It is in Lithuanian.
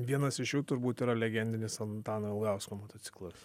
vienas iš jų turbūt yra legendinis antano ilgausko motociklas